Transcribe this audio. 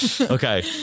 Okay